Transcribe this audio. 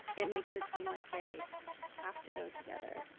it makes it seem like they have to go together.